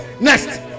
Next